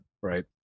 right